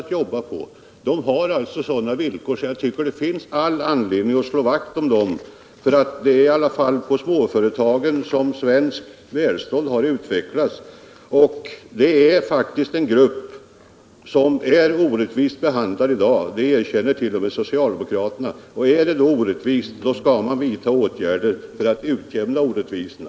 Småföretagarna har alltså sådana villkor att jag tycker det finns all anledning att slå vakt om denna yrkesgrupp. Det är i alla fall småföretagen som har utvecklat det svenska välståndet. Småföretagarna är faktiskt en orättvist behandlad grupp i dag, det erkänner t.o.m. socialdemokraterna. Och är det orättvist, skall man vidta åtgärder för att avlägsna orättvisorna.